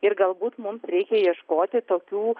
ir galbūt mums reikia ieškoti tokių